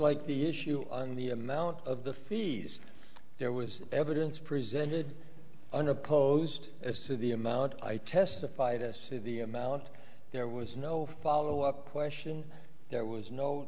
like the issue and the amount of the fees there was evidence presented unopposed as to the amount i testified as to the amount there was no follow up question there was no